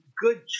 good